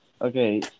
Okay